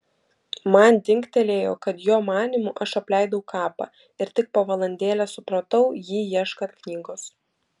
man dingtelėjo kad jo manymu aš apleidau kapą ir tik po valandėlės supratau jį ieškant knygos